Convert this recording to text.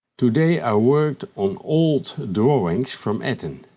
today i worked on old drawings from etten,